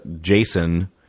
Jason